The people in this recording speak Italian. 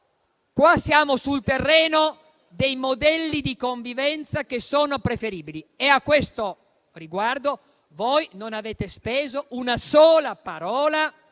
qui siamo sul terreno dei modelli di convivenza che sono preferibili. E a questo riguardo voi non avete speso una sola parola